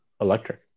Electric